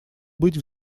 быть